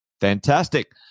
Fantastic